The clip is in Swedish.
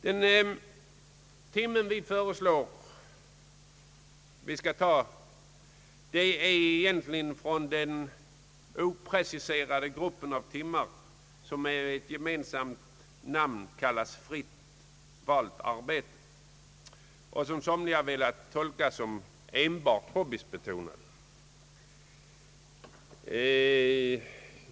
Den timme som vi föreslår att man skall ta kommer egentligen från den opreciserade grupp av timmar, som med ett gemensamt namn kallas »fritt valt arbete» och som några har velat tolka såsom enbart hobbybetonade.